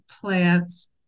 plants